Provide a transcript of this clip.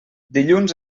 dilluns